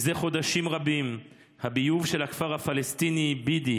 זה חודשים רבים הביוב של הכפר הפלסטיני בידיא